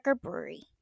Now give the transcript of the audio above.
Brewery